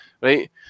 right